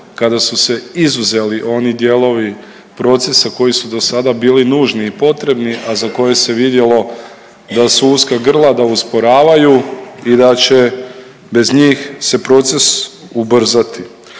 kada su se izuzeli oni dijelovi procesa koji su dosada bili nužni i potrebni, a za koje se vidjelo da su uska grla, da usporavaju i da će bez njih se proces ubrzati.